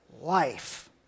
life